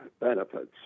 benefits